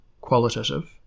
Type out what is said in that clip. qualitative